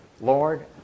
Lord